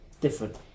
different